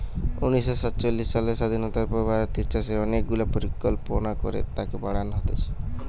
উনিশ শ সাতচল্লিশ সালের স্বাধীনতার পর ভারতের চাষে অনেক গুলা পরিকল্পনা করে তাকে বাড়ান হতিছে